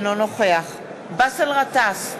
אינו נוכח באסל גטאס,